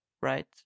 right